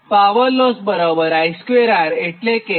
અને power loss બરાબર I2 Rએટલે કે 787